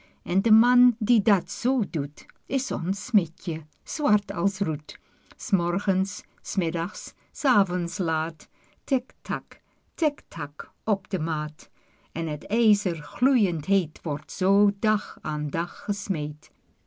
en de man die dat zoo doet is ons smidje zwart als roet s morgens s middags s avonds laat tik tak tik tak op de maat en het ijzer gloeiend heet wordt zoo dag aan dag gesmeed